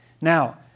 Now